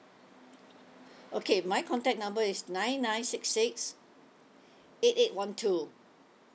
okay my contact number is nine nine six six eight eight one two